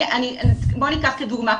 בוא ניקח כדוגמה,